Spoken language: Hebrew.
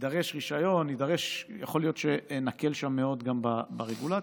יידרש רישיון, יכול להיות שנקל שם מאוד ברגולציה.